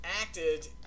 acted